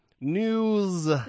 news